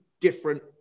different